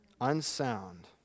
Unsound